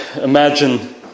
Imagine